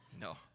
No